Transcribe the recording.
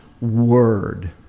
word